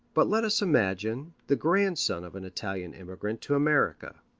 but let us imagine the grandson of an italian immigrant to america,